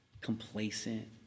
complacent